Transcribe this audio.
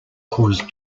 caused